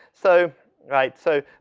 so right so,